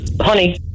Honey